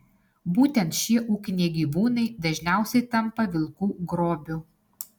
būtent šie ūkiniai gyvūnai dažniausiai tampa vilkų grobiu